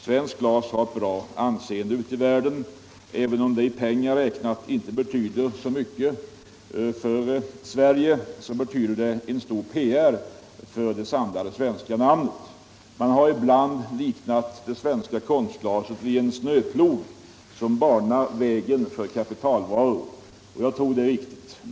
Svenskt glas har ett gott anseende ute i världen, och även om det i pengar räknat inte betyder så mycket för Sverige, gör det en god PR för det svenska namnet. Man har ibland liknat det svenska konstglaset vid en snöplog som banar väg för kapitalvaror, och jag tror att det är riktigt.